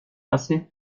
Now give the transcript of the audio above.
passé